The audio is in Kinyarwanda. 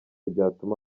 byatuma